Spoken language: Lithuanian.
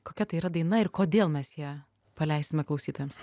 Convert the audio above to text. kokia tai yra daina ir kodėl mes ją paleisime klausytojams